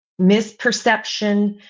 misperception